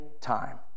time